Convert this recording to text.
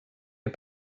get